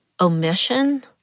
omission